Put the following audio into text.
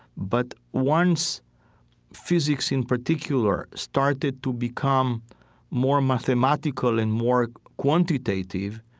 but once physics in particular started to become more mathematical and more quantitative,